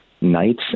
nights